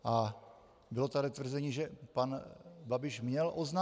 A bylo tady tvrzení, že pan Babiš měl oznámit.